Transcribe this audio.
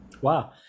Wow